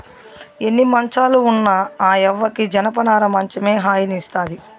ఎన్ని మంచాలు ఉన్న ఆ యవ్వకి జనపనార మంచమే హాయినిస్తాది